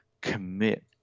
commit